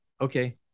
Okay